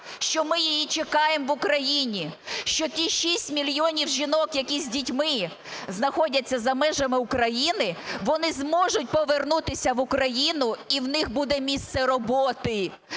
що ми її чекаємо в Україні. Що ті 6 мільйонів жінок, які з дітьми знаходяться за межами України, вони зможуть повернутися в Україну і у них буде місце роботи.